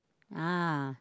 ah